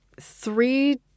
three